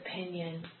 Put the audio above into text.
opinion